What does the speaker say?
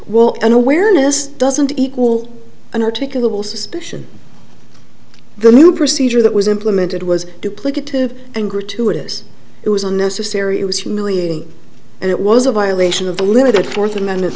will and awareness doesn't equal an articulable suspicion the new procedure that was implemented was duplicative and gratuitous it was unnecessary it was humiliating and it was a violation of the limited fourth amendment